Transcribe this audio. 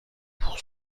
pour